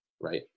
right